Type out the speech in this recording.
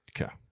Okay